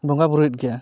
ᱵᱚᱸᱜᱟ ᱵᱩᱨᱩᱭᱮᱫ ᱜᱮᱭᱟ